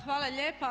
Hvala lijepa.